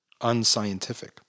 unscientific